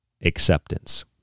acceptance